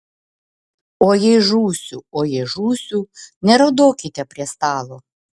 o jei žūsiu o jei žūsiu neraudokite prie stalo